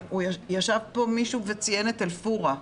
ישב כאן מישהו וציין את אל פורעה.